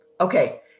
Okay